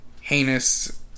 Heinous